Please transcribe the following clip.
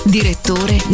Direttore